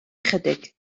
ychydig